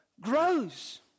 grows